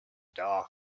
dark